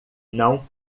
não